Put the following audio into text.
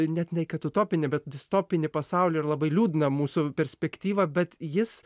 net ne kad utopinį bet distopinį pasaulį ir labai liūdną mūsų perspektyvą bet jis